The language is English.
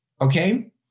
okay